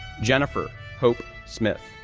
jennifer hope smith,